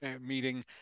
meeting